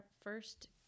first